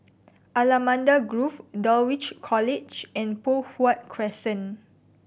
Allamanda Grove Dulwich College and Poh Huat Crescent